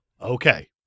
Okay